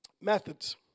methods